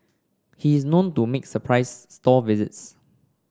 he is known to make surprise store visits